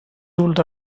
ruled